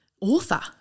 author